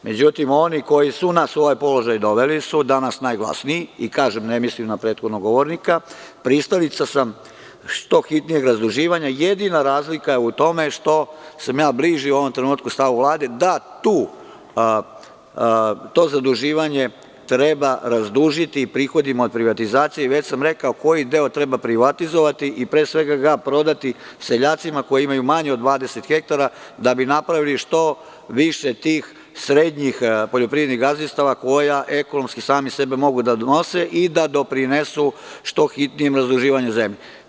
Međutim, oni koji su nas u ovaj položaj doveli danas su najglasniji i kažem, ne mislim na prethodnog govornika, pristalica sam što hitnijeg razduživanja, jedina razlika je u tome što sam ja bliži u ovom trenutku stavu Vlade, da to zaduživanje treba razdužiti prihodima od privatizacije i već sam rekao koji deo treba privatizovati i pre svega ga prodati seljacima koji imaju manje od 20 hektara da bi napravili što više tih srednjih poljoprivrednih gazdinstava, koja ekonomski sami sebe mogu da nose i da doprinesu što hitnijem razduživanju zemlje.